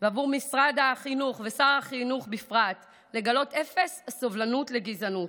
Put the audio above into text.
ועבור משרד החינוך ושר החינוך בפרט לגלות אפס סובלנות לגזענות.